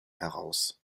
heraus